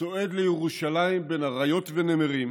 צועד לירושלים בין אריות ונמרים